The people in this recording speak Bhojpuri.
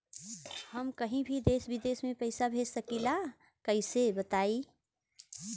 हम कहीं भी देश विदेश में पैसा भेज सकीला कईसे बताई?